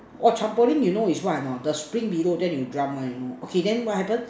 orh trampoline you know is what or not the spring below then you jump one okay then what happen